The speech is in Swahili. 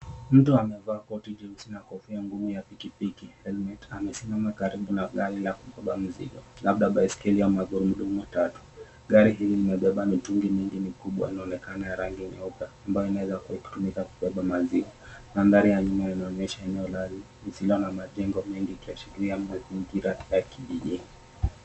Mtu amevaa koti jins na kofia ngumu ya pikipiki helmet amesimama karibu na gari la kubeba mizigo labda baiskeli la magurudumu mitatu. Gari hili limebeba mitungi mingi mikubwa inayoonekana ya rangi nyeupe ambayo imeeza kutumika kubeba maziwa. Mandhari ya nyuma inaonyesha eneo la ardhi lisilo na majengo mengi likiashiria mazingira ya kijijini.